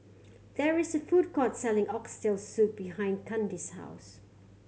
there is a food court selling Oxtail Soup behind Kandi's house